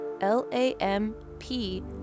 L-A-M-P